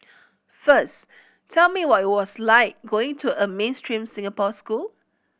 first tell me what it was like going to a mainstream Singapore school